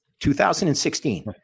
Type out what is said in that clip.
2016